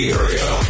area